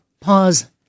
pause